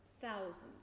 thousands